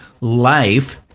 life